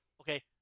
Okay